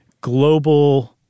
global